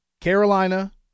Carolina